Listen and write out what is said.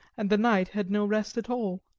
and the night had no rest at all.